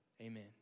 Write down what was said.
amen